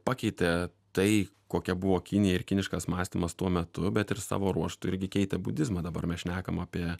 pakeitė tai kokia buvo kinija ir kiniškas mąstymas tuo metu bet ir savo ruožtu irgi keitė budizmą dabar mes šnekam apie